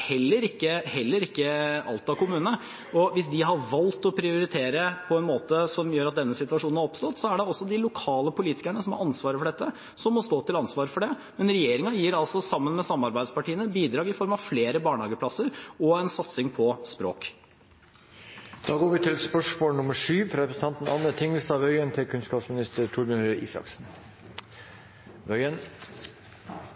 heller ikke Alta kommune. Hvis de har valgt å prioritere på en måte som gjør at denne situasjonen har oppstått, er det også de lokale politikerne som har ansvaret for dette, som må stå til ansvar for det. Men regjeringen gir altså – sammen med samarbeidspartiene – bidrag i form av flere barnehageplasser og en satsing på språk. Da går vi til spørsmål